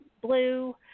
blue